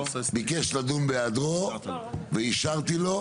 ביקש לדון בהיעדרו ואישרתי לו.